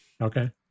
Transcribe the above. Okay